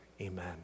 amen